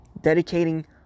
Dedicating